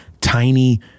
tiny